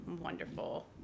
wonderful